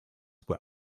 were